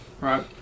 Right